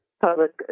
public